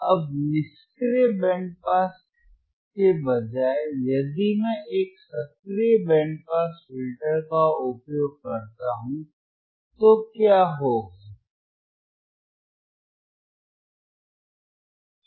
अब निष्क्रिय band pass के बजाय यदि मैं एक सक्रिय बैंड पास फिल्टर का उपयोग करता हूं तो क्या होगा